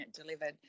delivered